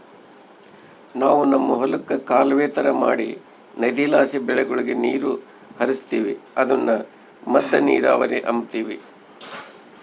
ನಾವು ನಮ್ ಹೊಲುಕ್ಕ ಕಾಲುವೆ ತರ ಮಾಡಿ ನದಿಲಾಸಿ ಬೆಳೆಗುಳಗೆ ನೀರು ಹರಿಸ್ತೀವಿ ಅದುನ್ನ ಮದ್ದ ನೀರಾವರಿ ಅಂಬತೀವಿ